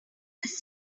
this